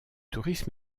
tourisme